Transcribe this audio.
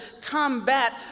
combat